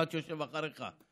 אחד שיושב אחריך,